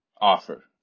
offer